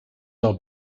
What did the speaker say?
are